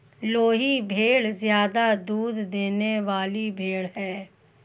लोही भेड़ ज्यादा दूध देने वाली भेड़ है